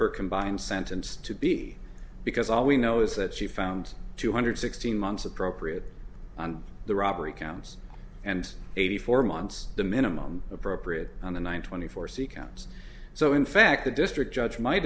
her combined sentence to be because all we know is that she found two hundred sixteen months appropriate on the robbery counts and eighty four months the minimum appropriate on the one twenty four c counts so in fact the district judge might